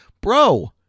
Bro